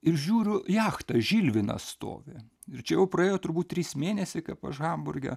ir žiūriu jachta žilvinas stovi ir čia jau praėjo turbūt trys mėnesiai kaip aš hamburge